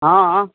हँ